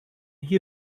hie